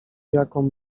jaką